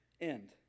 end